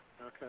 Okay